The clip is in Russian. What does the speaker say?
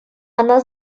она